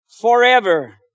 forever